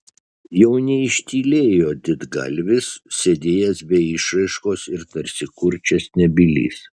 jau neištylėjo didgalvis sėdėjęs be išraiškos ir tarsi kurčias nebylys